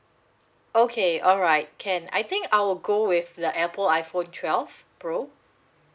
okay alright can I think I will go with the apple iphone twelve pro